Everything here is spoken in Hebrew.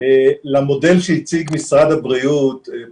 למודל שהציג משרד הבריאות, פרופ'